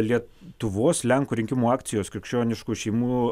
lietuvos lenkų rinkimų akcijos krikščioniškų šeimų